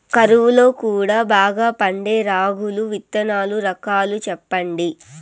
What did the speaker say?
కరువు లో కూడా బాగా పండే రాగులు విత్తనాలు రకాలు చెప్పండి?